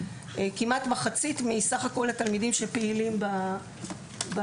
כמעט מחצית מסך כול התלמידים שפעילים בתחום.